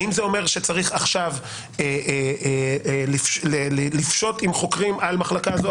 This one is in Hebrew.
האם זה אומר שצריך עכשיו לפשוט עם חוקרים על מחלקה זו,